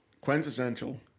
quintessential